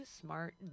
smart